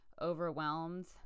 overwhelmed